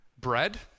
bread